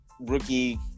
rookie